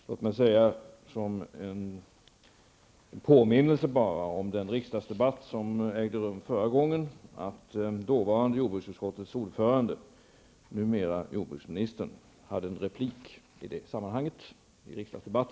Låt mig också säga, bara som en påminnelse om den riksdagsdebatt som ägde rum förra gången, att dåvarande ordföranden i jordbruksutskottet, numera jordbruksminister, hade en replik i det sammanhanget.